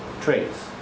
traits